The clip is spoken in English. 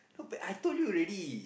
I told you already